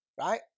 right